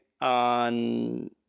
on